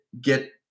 get